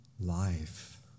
Life